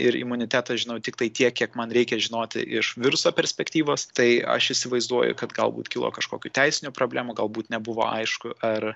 ir imunitetą žinau tiktai tiek kiek man reikia žinoti iš viruso perspektyvos tai aš įsivaizduoju kad galbūt kilo kažkokių teisinių problemų galbūt nebuvo aišku ar